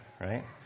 right